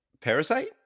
parasite